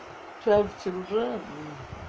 twelve children